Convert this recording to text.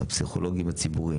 הפסיכולוגים הציבוריים,